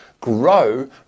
Grow